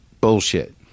bullshit